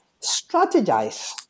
strategize